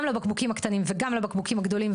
גם לבקבוקים הקטנים וגם לבקבוקים הגדולים,